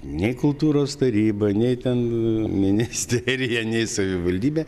nei kultūros taryba nei ten ministerija nei savivaldybė